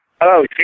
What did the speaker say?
Hello